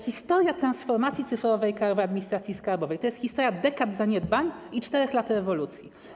Historia transformacji cyfrowej Krajowej Administracji Skarbowej to jest historia dekad zaniedbań i 4 lat rewolucji.